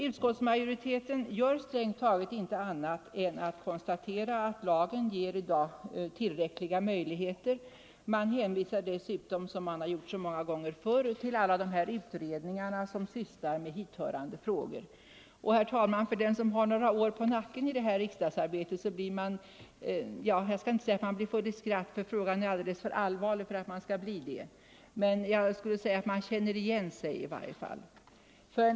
Utskottsmajoriteten gör strängt taget ingenting annat än konstaterar att lagen i dag ger tillräckliga möjligheter. Man hänvisar dessutom, som så många gånger förr, till alla utredningar som sysslar med hithörande frågor. Herr talman! Den som har några år på nacken i riksdagsarbetet — jag skall inte säga att man blir full i skratt, frågan är alldeles för allvarlig för det — känner igen sig.